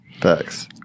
Thanks